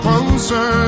Closer